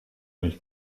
nicht